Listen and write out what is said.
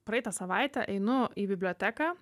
praeitą savaitę einu į biblioteką